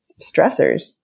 stressors